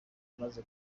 robo